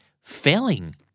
failing